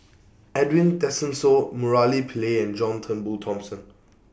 Edwin Tessensohn Murali Pillai and John Turnbull Thomson